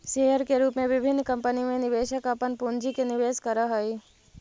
share के रूप में विभिन्न कंपनी में निवेशक अपन पूंजी के निवेश करऽ हइ